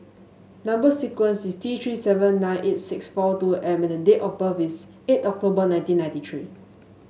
number sequence is T Three seven nine eight six four two M and date of birth is eight October nineteen ninety three